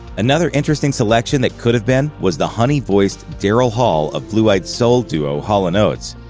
another interesting selection that could've been was the honey-voiced daryl hall of blue-eyed soul duo hall and oates.